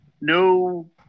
no